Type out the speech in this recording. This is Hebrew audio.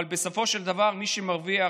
אבל בסופו של דבר מי שמרוויחים